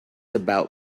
about